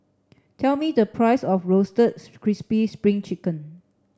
tell me the price of roasted crispy spring chicken